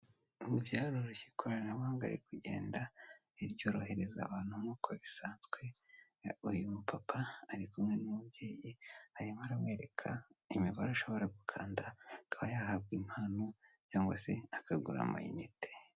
Ubu byaroroshye, ikoranabuhanga riri kugenda ribyorohereza abantu nk'uko bisanzwe, uyu mupapa ari kumwe n'umubyeyi, arimo aramwereka imibare ashobora gukanda, akaba yahabwa impano cyangwa se akagura amayinite.